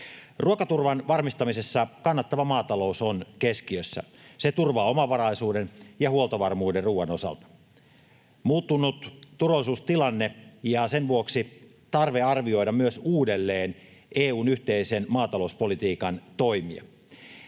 Ruokaturvan varmistamisessa kannattava maatalous on keskiössä. Se turvaa omavaraisuuden ja huoltovarmuuden ruoan osalta. Turvallisuustilanne on muuttunut, ja sen vuoksi on tarve arvioida myös uudelleen EU:n yhteisen maatalouspolitiikan toimia.